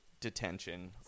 detention